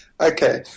Okay